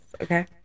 Okay